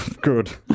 Good